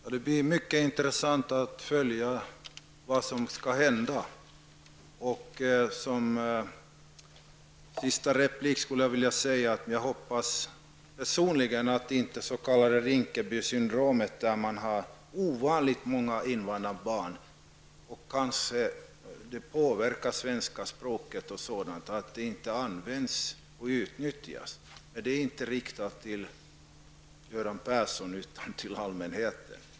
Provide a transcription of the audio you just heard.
Herr talman! Det skall bli mycket intressant att se vad som kommer att hända. Jag hoppas personligen att det inte blir ett s.k. Rinkebysyndrom. I Rinkeby har man ovanligt många invandrarbarn, och det kan medföra att det svenska språket inte kommer till användning. Detta riktar jag inte till Göran Persson utan till allmänheten.